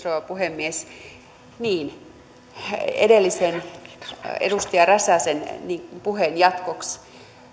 rouva puhemies edellisen edustaja räsäsen puheen jatkoksi